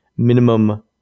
minimum